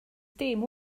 dim